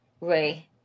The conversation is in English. Ray